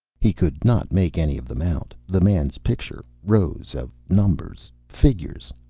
he could not make any of them out. the man's picture, rows of numbers, figures